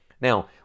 Now